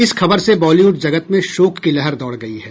इस खबर से बॉलीवुड जगत में शोक की लहर दौड़ गई है